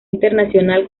internacional